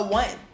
one